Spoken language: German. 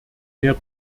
mehr